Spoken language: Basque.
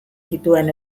zituen